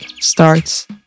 starts